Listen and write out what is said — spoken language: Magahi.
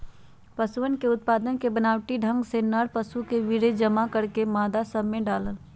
पशुअन के उत्पादन के बनावटी ढंग में नर पशु के वीर्य जमा करके मादा सब में डाल्ल